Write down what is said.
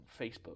Facebook